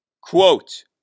quote